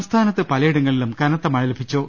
സംസ്ഥാനത്ത് പലയിടങ്ങളിലും കന്ത്ത മഴ് ലഭിച്ചു